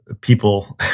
people